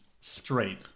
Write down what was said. straight